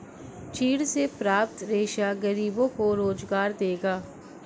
चीड़ से प्राप्त रेशा गरीबों को रोजगार देगा